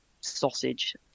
sausage